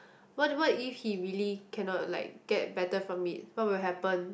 what what if he really cannot like get better from it what will happen